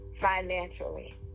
financially